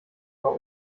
war